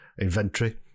inventory